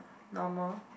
normal